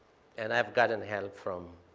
and i've gotten help from